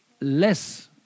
less